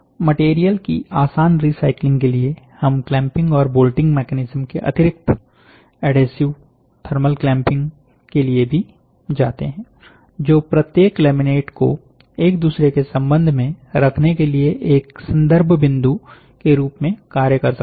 material की आसान recycling के लिए हम क्लैंपिंग और बोल्टिंग मैकेनिज्म Mechanism के अतिरिक्त एडहेसिव थर्मल क्लैंपिंग के लिए भी जाते हैं जो प्रत्येक लैमिनेट को एक दूसरे के संबंध में रखने के लिए एक संदर्भ बिंदु के रूप में कार्य कर सकता है